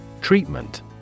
Treatment